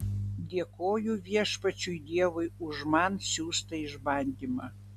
dėkoju viešpačiui dievui už man siųstą išbandymą